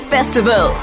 Festival